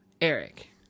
Eric